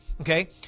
Okay